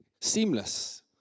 Seamless